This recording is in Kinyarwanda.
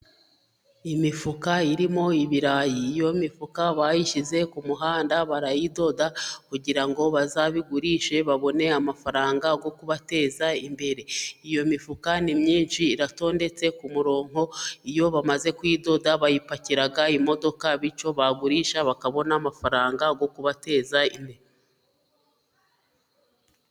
Imifuka irimo ibirayi, iyo mifuka bayishyize ku muhanda barayidoda, kugira ngo bazabigurishe babone amafaranga yo kubateza imbere. Iyo mifuka ni myinshi iratondetse ku murongo, iyo bamaze kuyidoda bayipakira imodoka, bityo bagurisha bakabona amafaranga yo kubateza imbere.